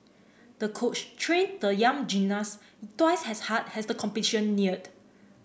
the coach trained the young gymnast twice as hard as the competition neared